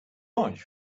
orange